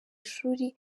ishuri